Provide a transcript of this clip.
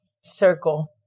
circle